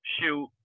shoot